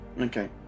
Okay